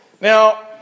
Now